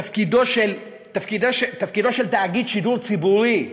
תפקידו של תאגיד שידור ציבורי,